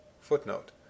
Footnote